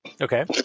Okay